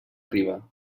riba